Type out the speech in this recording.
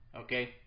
okay